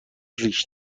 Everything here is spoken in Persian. ریش